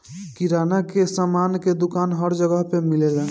किराना के सामान के दुकान हर जगह पे मिलेला